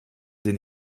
den